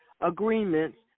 agreements